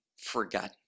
forgotten